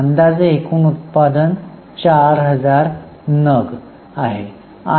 अंदाजे एकूण उत्पादन 4000 नग आहे